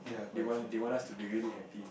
they want they want us to really be happy